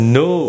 no